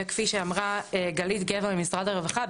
וכפי שאמרה גלית גבע ממשרד הרווחה,